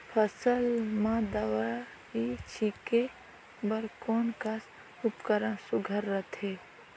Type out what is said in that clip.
फसल म दव ई छीचे बर कोन कस उपकरण सुघ्घर रथे?